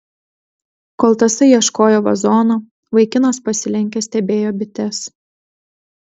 kol tasai ieškojo vazono vaikinas pasilenkęs stebėjo bites